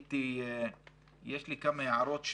יש לי כמה הערות.